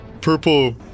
purple